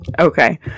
Okay